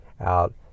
out